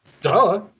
Duh